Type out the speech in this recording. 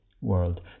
world